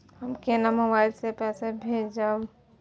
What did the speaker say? हम केना मोबाइल से पैसा भेजब?